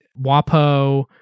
WAPO